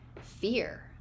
fear